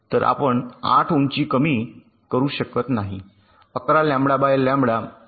तर आपण 8 उंची कमी करू शकत नाही 11 लेम्बडा बाय लेम्बडा